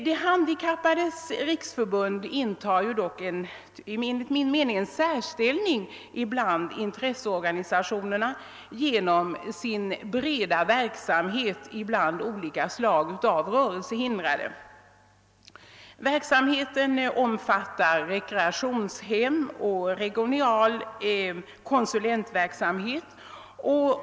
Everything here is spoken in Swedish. De handikappades riksförbund intar dock enligt min mening en särställning bland intresseorganisationerna genom sin breda verksamhet ibland olika slag av rörelsehindrade. Verksamheten omfattar rekreationshem och regional konsulentverksamhet.